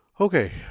Okay